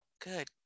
good